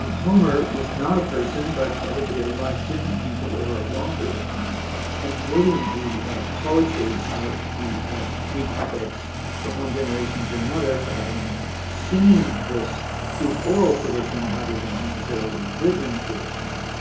um homer was not a person but probably a lot of different people over a long period of time transmitting the poetry of the greek epics from one generation to another, traveling and singing this through oral tradition rather than necessarily written tradition.